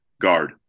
guard